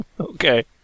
Okay